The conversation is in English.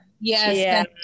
Yes